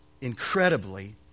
incredibly